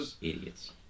Idiots